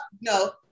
no